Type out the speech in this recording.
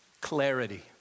clarity